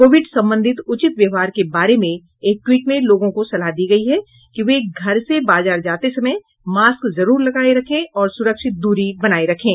Covid संबंधित उचित व्यवहार के बारे में एक ट्वीट में लोगों को सलाह दी गई है कि वे घर से बाजार जाते समय मास्क जरूर लगाए रखें और सुरक्षित दूरी बनाए रखें